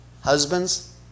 Husbands